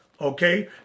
Okay